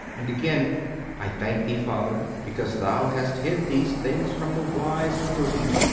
and again i thank thee, father, because thou hast hid these things from the wise and prudent,